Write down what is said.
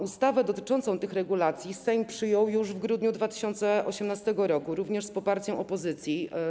Ustawę dotyczącą tych regulacji Sejm przyjął już w grudniu 2018 r., również przy poparciu opozycji.